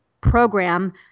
program